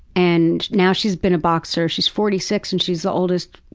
and now she's been a boxer, she's forty six, and she's the oldest